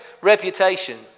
reputation